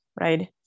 right